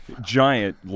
Giant